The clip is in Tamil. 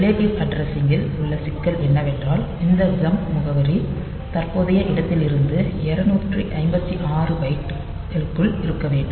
ரிலேட்டிவ் அட்ரஸிங் கில் உள்ள சிக்கல் என்னவென்றால் இந்த ஜம்ப் முகவரி தற்போதைய இடத்திலிருந்து 256 பைட்டுகளுக்குள் இருக்க வேண்டும்